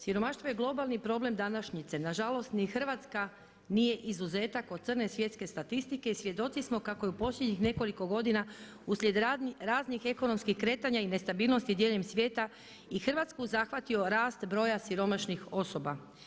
Siromaštvo je globalni problem današnjice, nažalost ni Hrvatska nije izuzetak od crne svjetske statistike i svjedoci smo kako je u posljednjih nekoliko godina uslijed raznih ekonomskih kretanja i nestabilnosti diljem svijeta i Hrvatsku zahvatio rast broja siromašnih osoba.